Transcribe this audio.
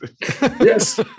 Yes